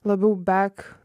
labiau bek